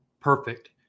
Perfect